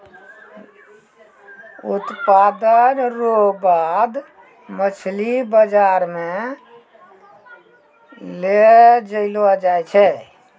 उत्पादन रो बाद मछली बाजार मे लै जैलो जाय छै